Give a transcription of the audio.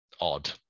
odd